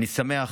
אני שמח,